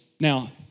Now